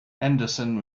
henderson